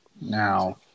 Now